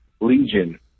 Legion